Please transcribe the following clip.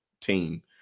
team